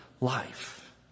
life